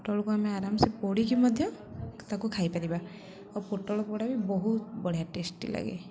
ପୋଟଳକୁ ଆମେ ଆରାମସେ ପୋଡ଼ିକି ମଧ୍ୟ ତାକୁ ଖାଇପାରିବା ଆଉ ପୋଟଳ ପୋଡ଼ା ବି ବହୁତ ବଢ଼ିଆ ଟେଷ୍ଟି ଲାଗେ